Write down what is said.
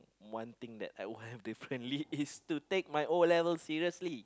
one thing I would have differently is to take my O-levels seriously